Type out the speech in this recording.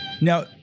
Now